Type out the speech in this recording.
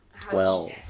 twelve